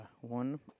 one